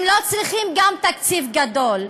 הם לא צריכים גם תקציב גדול.